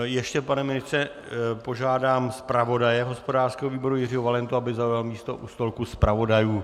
Ještě, pane ministře, požádám zpravodaje hospodářského výboru Jiřího Valentu, aby zaujal místo u stolku zpravodajů.